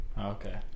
Okay